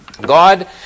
God